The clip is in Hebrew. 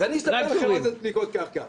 אז אני אספר לכם מה זה בדיקות קרקע.